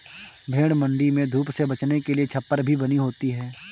भेंड़ मण्डी में धूप से बचने के लिए छप्पर भी बनी होती है